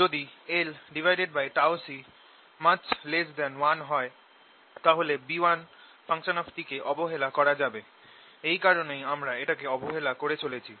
যদি lτC≪1 হয় তাহলে B1 কে অবহেলা করা যাবে এই কারনেই আমরা এটাকে অবহেলা করে চলেছি